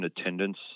attendance